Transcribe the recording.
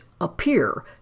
appear